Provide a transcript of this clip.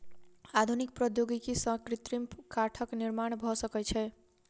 आधुनिक प्रौद्योगिकी सॅ कृत्रिम काठक निर्माण भ सकै छै